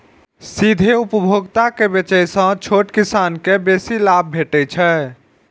सीधे उपभोक्ता के बेचय सं छोट किसान कें बेसी लाभ भेटै छै